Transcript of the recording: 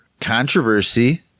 controversy